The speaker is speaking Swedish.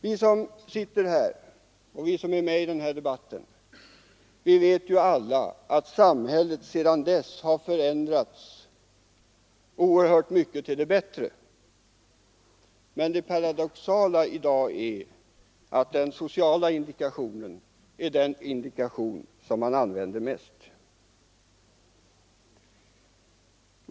Vi som sitter här och vi som deltar i denna debatt vet alla att samhället sedan dess har förändrats oerhört mycket till det bättre. Men det paradoxala i dag är att den sociala indikationen är den indikation som man använder mest.